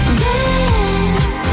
dance